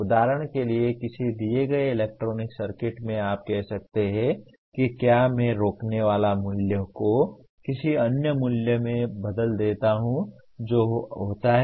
उदाहरण के लिए किसी दिए गए इलेक्ट्रॉनिक सर्किट में आप कह सकते हैं कि क्या मैं रोकनेवाला मूल्य को किसी अन्य मूल्य में बदल देता हूं जो होता है